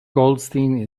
goldstein